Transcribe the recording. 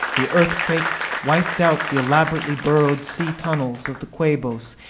the earthquake wiped out the elaborately burrowed sea tunnels of the quabos,